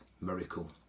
miracle